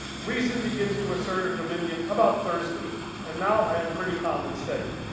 reason begins to assertive dominion about thursday and now i am pretty common safe.